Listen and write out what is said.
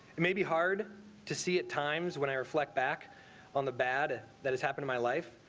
it may be hard to see at times when i reflect back on the bad that has happened my life.